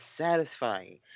satisfying